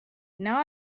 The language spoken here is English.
now